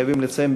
חייבים לציין,